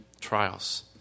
Trials